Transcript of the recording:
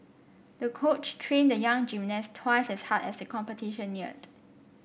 the coach trained the young gymnast twice as hard as the competition neared